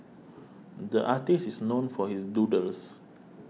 the artist is known for his doodles